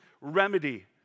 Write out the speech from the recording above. remedy